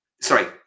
sorry